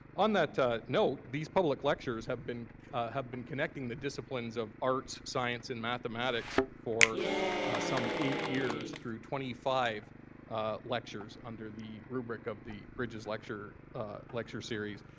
on that note, these public lectures have been have been connecting the disciplines of arts, science, and mathematics for some eight years through twenty five ah lectures under the rubric of the bridges lecture ah lecture series.